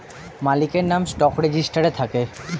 মালিকের নাম স্টক রেজিস্টারে থাকে